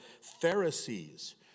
Pharisees